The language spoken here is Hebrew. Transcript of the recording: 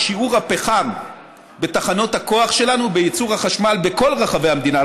את שיעור הפחם בתחנות הכוח שלנו לייצור החשמל בכל רחבי המדינה,